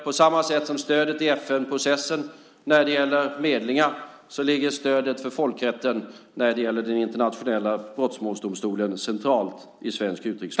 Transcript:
På samma sätt som stödet i FN-processen när det gäller medlingar ligger stödet för folkrätten när det gäller den internationella brottmålsdomstolen centralt i svensk utrikespolitik.